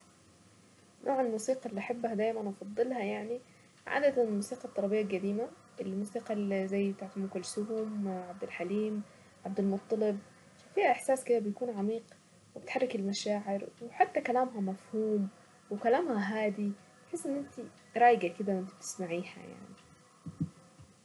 نوع الموسيقى اللي احبها دايما افضلها يعني عادة الموسيقى الترابية القديمة اللي موسيقى اللي زي بتاعة ام كلثوم وعبدالحليم وعبدالمطلب فيها احساس كده بيكون عميق وبتحرك المشاعر وحتى كلامها مفهوم وكلامها هادي رايقة كذا وانت تسمعيها يعني.